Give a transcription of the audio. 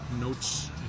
notes